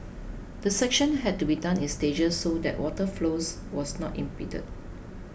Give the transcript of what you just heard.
the section had to be done in stages so that water flows was not impeded